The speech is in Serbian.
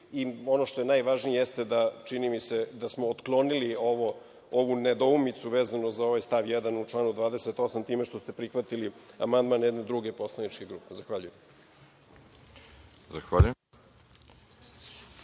i ono što je najvažnije, jeste da, čini mi se, da smo otklonili ovu nedoumicu vezanu za ovaj stav 1. u članu 28. time što ste prihvatili amandman jedne druge poslaničke grupe. Zahvaljujem.